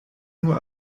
nur